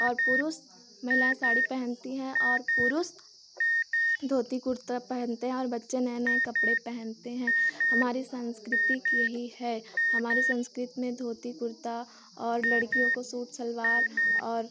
और पुरुष महिलाएँ साड़ी पहनती हैं और पुरुष धोती कुर्ता पहनते हैं और बच्चे नए नए कपड़े पहनते हैं हमारी सांस्कृतिक यही है हमारी संस्कृति में धोती कुर्ता और लड़कियों को सूट सलवार और